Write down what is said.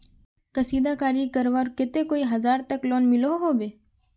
कशीदाकारी करवार केते कई हजार तक लोन मिलोहो होबे?